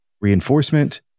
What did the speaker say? reinforcement